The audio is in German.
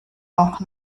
auch